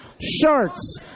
sharks